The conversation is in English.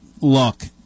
look